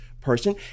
person